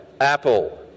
Apple